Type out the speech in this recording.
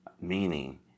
Meaning